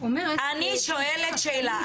אני שואלת שאלה.